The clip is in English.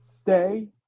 stay